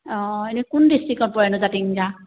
অঁ এনেই কোন ডিষ্ট্ৰিক্টত পৰেনো জাতিংগা